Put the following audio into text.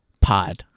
pod